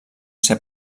ser